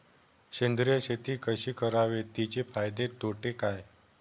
सेंद्रिय शेती कशी करावी? तिचे फायदे तोटे काय?